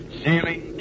ceiling